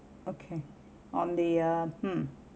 okay on the uh hmm